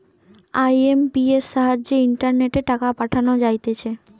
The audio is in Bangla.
আই.এম.পি.এস সাহায্যে ইন্টারনেটে টাকা পাঠানো যাইতেছে